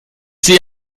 sehe